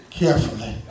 carefully